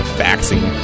faxing